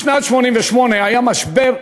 בשנת 2008 היה משבר,